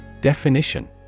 definition